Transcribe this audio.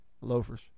loafers